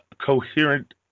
coherent